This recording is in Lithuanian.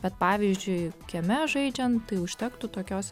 bet pavyzdžiui kieme žaidžiant tai užtektų tokios